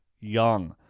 young